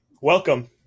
Welcome